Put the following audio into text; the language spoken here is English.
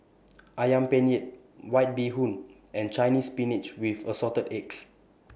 Ayam Penyet White Bee Hoon and Chinese Spinach with Assorted Eggs